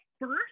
first